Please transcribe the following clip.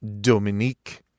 Dominique